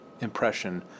impression